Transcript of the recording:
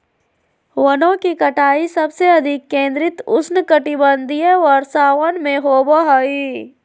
वनों की कटाई सबसे अधिक केंद्रित उष्णकटिबंधीय वर्षावन में होबो हइ